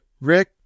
Rick